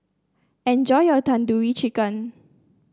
enjoy your Tandoori Chicken